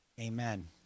Amen